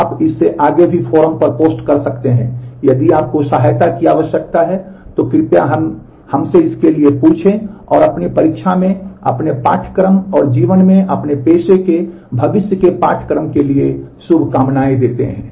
आप इससे आगे भी फोरम पर पोस्ट कर सकते हैं यदि आपको सहायता की आवश्यकता है तो कृपया हमसे इसके लिए पूछें और अपनी परीक्षा में अपने पाठ्यक्रम और जीवन में अपने पेशे के भविष्य के पाठ्यक्रम के लिए शुभकामनाएं देते हैं